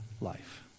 life